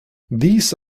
these